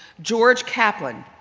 george caplan,